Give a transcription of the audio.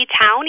town